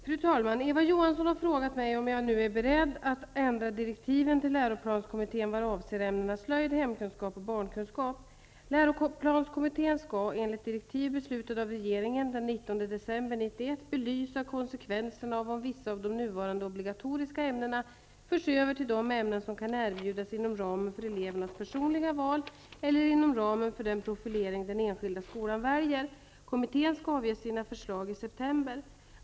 Fru talman! Eva Johansson har frågat mig om jag nu är beredd att ändra direktiven till läroplanskommittén vad avser ämnena slöjd, hemkunskap och barnkunskap. Läroplanskommittén skall, enligt direktiv beslutade av regeringen den 19 december 1991, belysa konsekvenserna av om vissa av de nuvarande obligatoriska ämnena förs över till de ämnen som kan erbjudas inom ramen för elevernas personliga val eller inom ramen för den profilering den enskilda skolan väljer. Kommittén skall avge sina förslag i september.